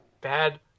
bad